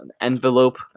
envelope